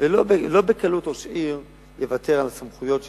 ולא בקלות ראש עיר יוותר על הסמכויות שלו,